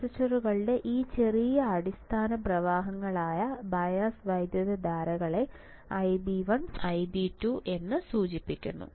ട്രാൻസിസ്റ്ററുകളുടെ ഈ ചെറിയ അടിസ്ഥാന പ്രവാഹങ്ങൾ ആയ ബയസ് വൈദ്യുതധാരകളെ Ib1 Ib2 എന്ന് സൂചിപ്പിക്കുന്നു